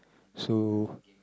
so